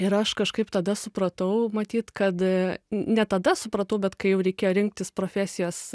ir aš kažkaip tada supratau matyt kad ne tada supratau bet kai jau reikėjo rinktis profesijas